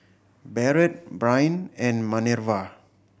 Barret Bryn and Manerva